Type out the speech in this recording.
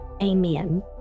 Amen